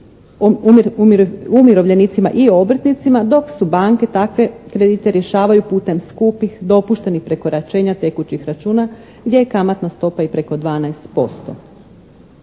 umirovljenicima i obrtnicima dok su banke takve kredite rješavaju putem skupih dopuštenih prekoračenja tekućih računa gdje je kamatna stopa i preko 12%.